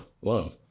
Wow